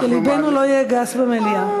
שלבנו לא יהיה גס במליאה.